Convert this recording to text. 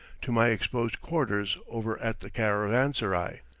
to my exposed quarters over at the caravanserai.